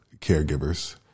caregivers